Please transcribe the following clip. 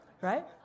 right